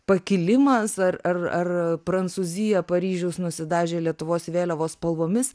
pakilimas ar ar ar prancūzija paryžius nusidažė lietuvos vėliavos spalvomis